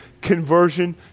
conversion